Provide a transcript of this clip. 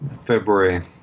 February